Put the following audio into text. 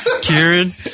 Kieran